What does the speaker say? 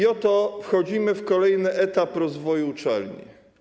I oto wchodzimy w kolejny etap rozwoju uczelni.